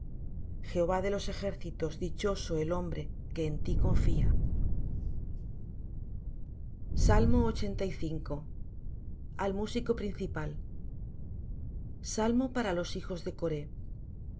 jehová de los ejércitos dichoso el hombre que en ti confía al músico principal salmo para los hijos de coré